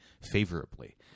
favorably